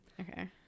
Okay